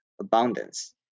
abundance